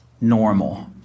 normal